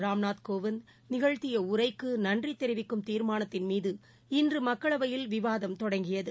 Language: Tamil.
ராம்நாத் கோவிந்த் நிகழ்த்தியடரைக்குநன்றிதெரிவிக்கும் தீர்மானத்தின்மீது இன்றுமக்களவையில் விவாதம் தொடங்கியது